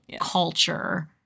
culture